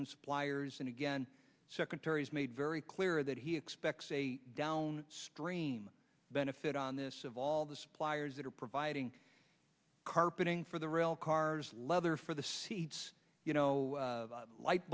and suppliers and again secretaries made very clear that he expects a down stream benefit on this of all the suppliers that are providing carpeting for the rail cars leather for the seats you know light